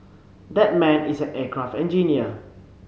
that man is an aircraft engineer